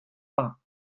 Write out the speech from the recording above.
pas